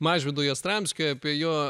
mažvydu jastramskiu apie jo